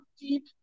deep